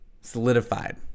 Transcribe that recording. solidified